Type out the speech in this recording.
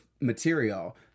material